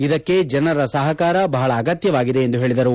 ಇದಕ್ಕೆ ಜನರ ಸಹಕಾರ ಬಹಳ ಅಗತ್ಯವಾಗಿದೆ ಎಂದು ಹೇಳಿದರು